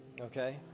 Okay